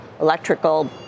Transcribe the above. electrical